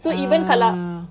ah